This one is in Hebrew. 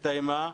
שהסתיימה,